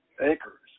acres